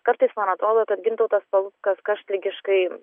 kartais man atrodo kad gintautas paluckas karštligiškai